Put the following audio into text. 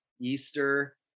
easter